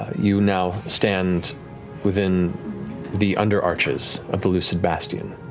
you now stand within the underarches of the lucid bastion.